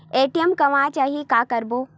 ATM गवां जाहि का करबो?